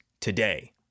today